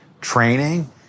training